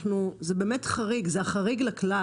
זה באמת חריג וזה החריג לכלל.